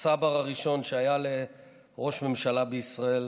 הצבר הראשון שהיה לראש ממשלה בישראל,